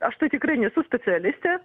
aš tai tikrai nesu specialistė